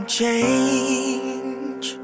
change